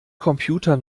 computer